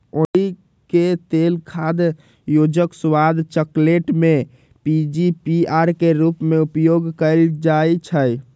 अंडिके तेल खाद्य योजक, स्वाद, चकलेट में पीजीपीआर के रूप में उपयोग कएल जाइछइ